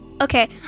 Okay